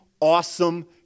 awesome